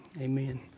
Amen